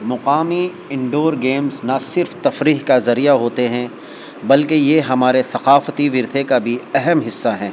مقامی indoor games نہ صرف تفریح کا ذریعہ ہوتے ہیں بلکہ یہ ہمارے ثقافتی ورثے کا بھی اہم حصہ ہیں